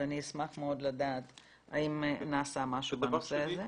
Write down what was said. אז אני אשמח מאוד לדעת האם נעשה משהו בנושא הזה.